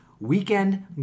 weekend